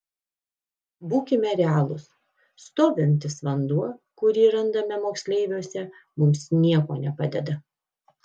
būkime realūs stovintis vanduo kurį randame moksleiviuose mums nieko nepadeda